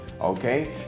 okay